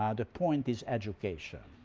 um the point is education.